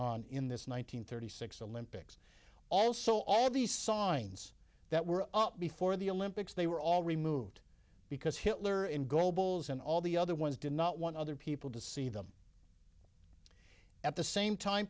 on in this one nine hundred thirty six olympics also all these signs that were up before the olympics they were all removed because hitler and goebbels and all the other ones did not want other people to see them at the same time